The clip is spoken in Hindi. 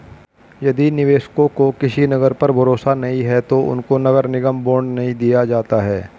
यदि निवेशकों को किसी नगर पर भरोसा नहीं है तो उनको नगर निगम बॉन्ड नहीं दिया जाता है